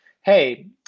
hey